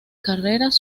carreras